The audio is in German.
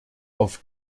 auf